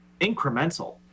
incremental